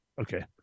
Okay